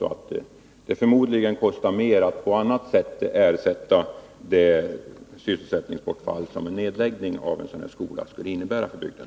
Det kostar förmodligen också mer att på annat sätt ersätta det sysselsättningsbortfall som en nedläggning av en sådan här skola skulle innebära för bygden.